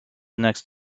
next